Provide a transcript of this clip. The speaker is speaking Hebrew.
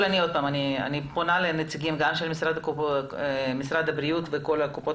אני פונה לנציגים גם של משרד הבריאות וכל קופות